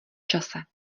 čase